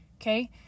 Okay